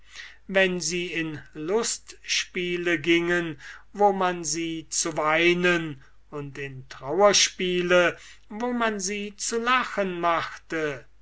wenn sie in lustspiele gingen wo man sie zu weinen und in trauerspiele wo man sie zu lachen machte